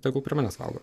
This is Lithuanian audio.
tegul prie manęs valgo